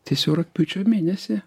tai jis jau rugpjūčio mėnesį